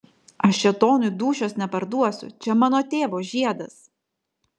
aš šėtonui dūšios neparduosiu čia mano tėvo žiedas